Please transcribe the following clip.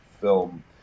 film